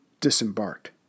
disembarked